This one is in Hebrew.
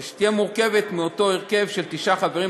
ושתהיה באותו הרכב של תשעה חברים,